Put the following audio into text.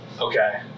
Okay